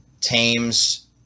tames